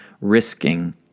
risking